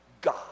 God